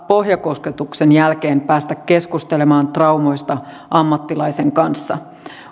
pohjakosketuksen jälkeen päästä keskustelemaan traumoista ammattilaisen kanssa